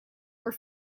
were